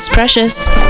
Precious